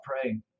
praying